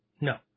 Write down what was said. No